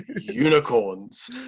unicorns